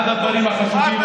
אחד הדברים החשובים,